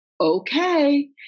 Okay